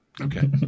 Okay